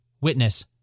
Witness